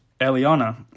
Eliana